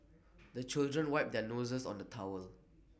the children wipe their noses on the towel